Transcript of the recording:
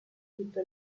tutto